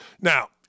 Now